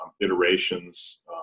iterations